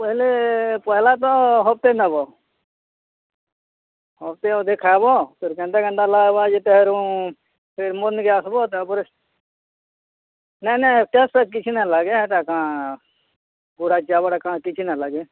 ହେଲେ ପହେଲା ତ ହପ୍ତେ ନବ ହପ୍ତେ ଅଧେ ଖାଇବ ଫିର୍ କେନ୍ତା କେନ୍ତା ଲାଗ୍ବା ତେହରୁ ଫିର୍ ମୋ ନିକେ ଆସ୍ବ ତାପରେ ନାଇଁ ନାଇଁ ଟେଷ୍ଟଫେଷ୍ଟ କିଛି ନାଇଁ ଲାଗେ ହେଟା କାଣା ପୂରା କିଛି ନାଇଁ ଲାଗେ